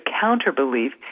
counter-belief